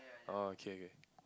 orh okay okay